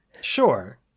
Sure